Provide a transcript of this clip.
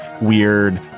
weird